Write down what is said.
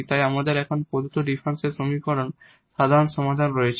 তাই আমাদের এই প্রদত্ত ডিফারেনশিয়াল সমীকরণের সাধারণ সমাধান রয়েছে